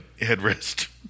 headrest